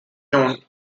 known